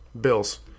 Bills